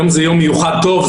היום זה יום מיוחד טוב.